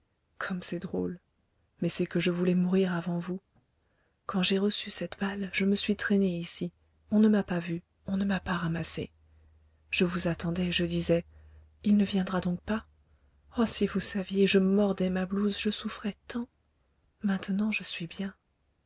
comme c'est drôle mais c'est que je voulais mourir avant vous quand j'ai reçu cette balle je me suis traînée ici on ne m'a pas vue on ne m'a pas ramassée je vous attendais je disais il ne viendra donc pas oh si vous saviez je mordais ma blouse je souffrais tant maintenant je suis bien